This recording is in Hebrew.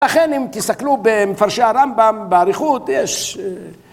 ולכן אם תסתכלו במפרשי הרמב״ם באריכות יש...